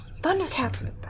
Thundercats